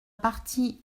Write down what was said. partie